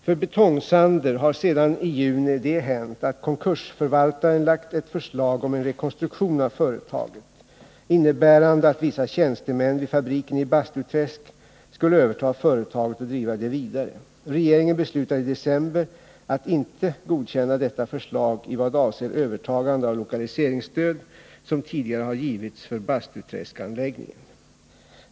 För Betong-Sander har sedan i juni det hänt att konkursförvaltaren lagt fram ett förslag om en rekonstruktion av företaget innebärande att vissa tjänstemän vid fabriken i Bastuträsk skulle överta företaget och driva det vidare. Regeringen beslutade i december att inte godkänna detta förslag i vad avser övertagande av lokaliseringsstöd, som tidigare har givits för Bastuträskanläggningen.